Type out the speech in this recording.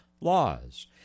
laws